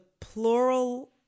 plural